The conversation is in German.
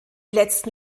letzten